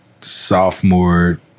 sophomore